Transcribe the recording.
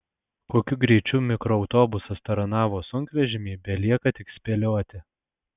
kokiu greičiu mikroautobusas taranavo sunkvežimį belieka tik spėlioti